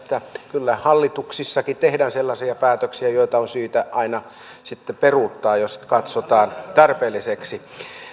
kyllä hallituksissakin tehdään sellaisia päätöksiä joita on syytä aina sitten peruuttaa jos se katsotaan tarpeelliseksi